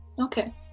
Okay